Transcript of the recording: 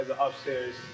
upstairs